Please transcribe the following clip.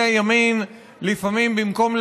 ותומכים,